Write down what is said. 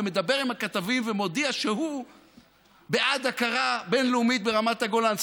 מדבר עם הכתבים ומודיע שהוא בעד הכרה בין-לאומית ברמת הגולן.